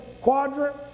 quadrant